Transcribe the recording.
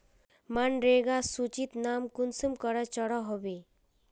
मनरेगा सूचित नाम कुंसम करे चढ़ो होबे?